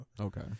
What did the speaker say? Okay